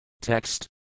Text